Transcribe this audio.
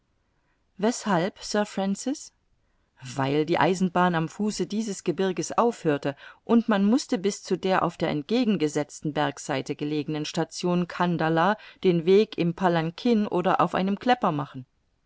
weshalb sir francis weil die eisenbahn am fuße dieses gebirges aufhörte und man mußte bis zu der auf der entgegengesetzten bergseite gelegenen station kandallah den weg im palankin oder auf einem klepper machen